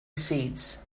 seeds